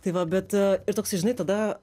tai va bet ir toks žinai tada